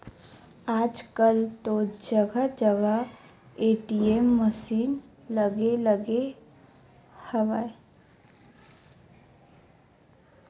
आजकल तो जगा जगा ए.टी.एम मसीन लगे लगे हवय